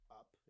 up